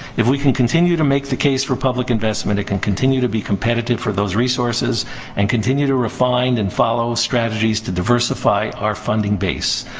if we can continue to make the case for public investment, it can continue to be competitive for those resources and continue to refine and follow strategies to diversify our funding base.